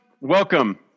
welcome